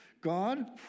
God